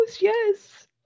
Yes